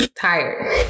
tired